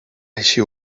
així